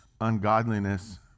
ungodliness